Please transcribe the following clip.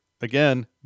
again